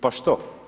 Pa što?